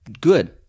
good